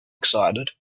excited